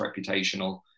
reputational